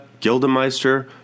Gildemeister